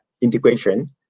integration